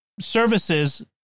services